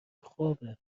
خوابه